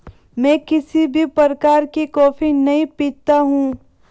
मैं किसी भी प्रकार की कॉफी नहीं पीता हूँ